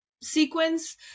sequence